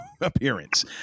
appearance